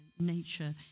Nature